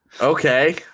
okay